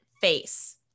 face